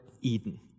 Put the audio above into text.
Eden